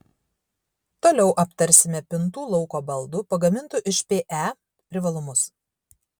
toliau aptarsime pintų lauko baldų pagamintų iš pe privalumus